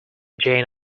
jane